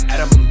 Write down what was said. Adam